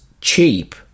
cheap